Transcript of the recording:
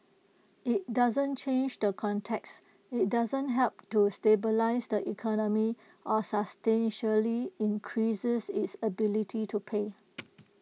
IT doesn't change the context IT doesn't help to stabilise the economy or substantially increases its ability to pay